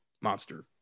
monster